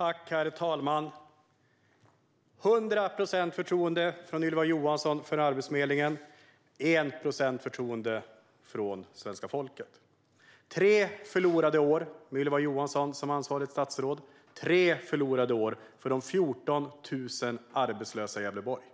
Herr talman! Förtroendet för Arbetsförmedlingen är 100 procent hos Ylva Johansson men bara 1 procent hos svenska folket. Tre år med Ylva Johansson som ansvarigt statsråd är tre förlorade år för de 14 000 arbetslösa i Gävleborg.